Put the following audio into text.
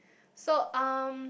so um